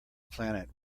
planet